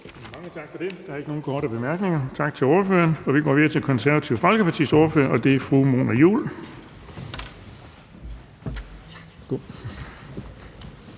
Mange tak for det. Der er ikke nogen korte bemærkninger. Tak til ordføreren. Vi går videre til Det Konservative Folkepartis ordfører, og det er fru Mona Juul.